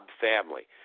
family